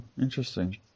Interesting